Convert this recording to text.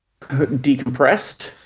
decompressed